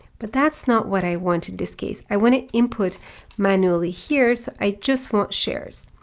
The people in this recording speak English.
but that's not what i want in this case. i want to input manually here, so i just want shares.